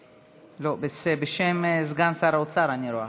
לא, בשם סגן שר האוצר, אני רואה.